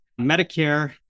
Medicare